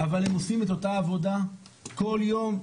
אבל הם עושים את אותה עבודה כל יום,